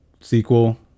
sequel